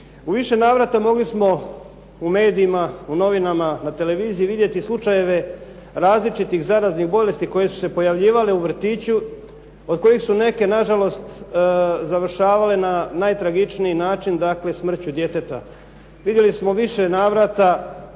U više navrata mogli smo u medijima, u novinama, na televiziji vidjeti slučajeve različitih zaraznih bolesti koje su se pojavljivale u vrtiću od kojih su neke na žalost završavale na najtragičniji način. Dakle, smrću djeteta. Vidjeli smo u više navrata